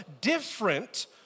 different